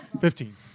Fifteen